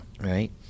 Right